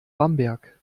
bamberg